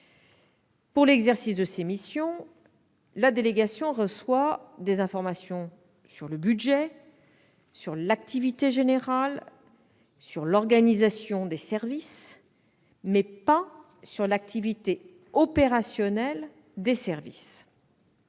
Pour l'exercice de ses missions, la délégation reçoit des informations sur le budget, l'activité générale et l'organisation des services, mais pas sur l'activité opérationnelle des services.